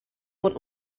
von